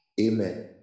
Amen